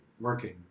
working